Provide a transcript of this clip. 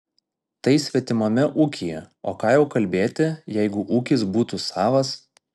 tai svetimame ūkyje o ką jau kalbėti jeigu ūkis būtų savas